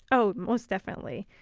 oh, most definitely.